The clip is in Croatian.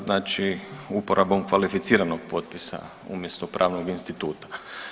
Znači uporabom kvalificiranoga potpisa umjesto pravnog instituta.